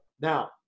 Now